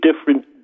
different